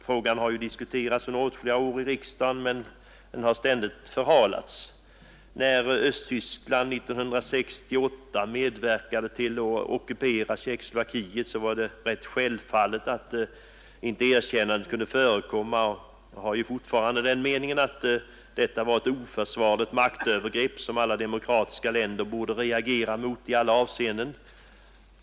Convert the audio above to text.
Frågan har diskuterats under åtskilliga år i riksdagen, men avgörandet har ständigt förhalats. När Östtyskland år 1968 medverkade till att ockupera Tjeckoslovakien var det rätt självfallet att något erkännande inte kunde förekomma. Jag har fortfarande den meningen att denna ockupation var ett oförsvarligt maktövergrepp, som alla demokratiska länder borde reagera mot i alla avseenden.